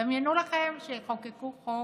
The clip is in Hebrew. דמיינו לכם שיחוקקו חוק